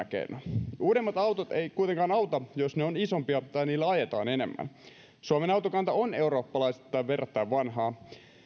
keinona uudemmat autot eivät kuitenkaan auta jos ne ovat isompia tai niillä ajetaan enemmän suomen autokanta on eurooppalaisittain verrattain vanhaa usein